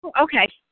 Okay